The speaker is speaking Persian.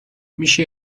میشه